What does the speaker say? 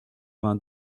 vingt